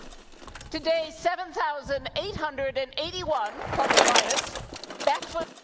today, seven thousand eight hundred and eighty one plus or minus bachelor's,